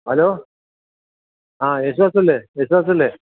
hello ആ യേശുദാസ് അല്ലേ യേശുദാസ് അല്ലേ